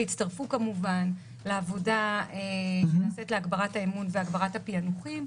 שיצטרפו כמובן לעבודה שנעשית להגברת האמון ולהגברת הפיענוחים,